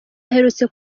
aherutse